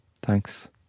thanks